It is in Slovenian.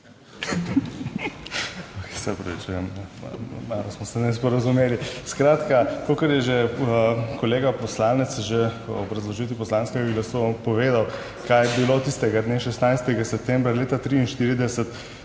Se opravičujem, malo smo se nesporazumeli. Skratka, kakor je že kolega poslanec že v obrazložitvi poslanskega glasu povedal, kaj je bilo tistega dne 16. septembra leta 1943